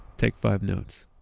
take five notes.